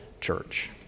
church